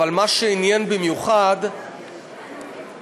אבל מה שעניין במיוחד זה